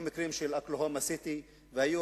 היו